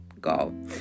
go